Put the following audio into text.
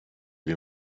wie